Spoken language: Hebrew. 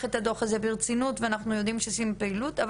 את הדו"ח הזה ברצינות ואנחנו יודעים שעשינו פעילות,